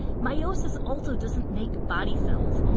meiosis also doesn't make body cells.